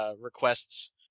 requests